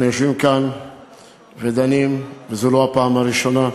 אנחנו יושבים כאן ודנים, וזו לא הפעם הראשונה.